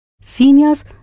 Seniors